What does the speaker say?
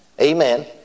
Amen